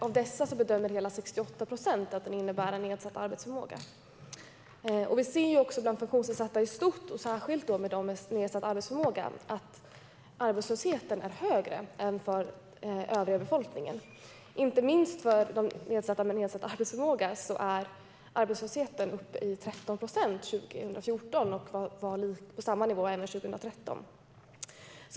Av dessa bedömer hela 68 procent att den innebär en nedsatt arbetsförmåga. Vi ser också bland funktionsnedsatta i stort, särskilt dem med nedsatt arbetsförmåga, att arbetslösheten är högre än bland övriga befolkningen. Bland dem med nedsatt arbetsförmåga var arbetslösheten uppe i 13 procent 2014 och var på samma nivå även 2013.